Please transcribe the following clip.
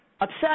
upset